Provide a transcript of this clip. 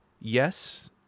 yes